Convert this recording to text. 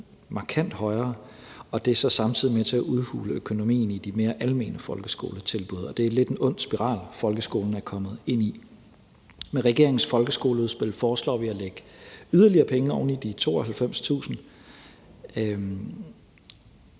det er så samtidig med til at udhule økonomien i de mere almene folkeskoletilbud, og det er lidt en ond spiral, folkeskolen er kommet ind i. Med regeringens folkeskoleudspil foreslår vi at lægge yderligere penge oven i de 92.000